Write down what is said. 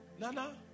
Nana